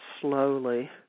slowly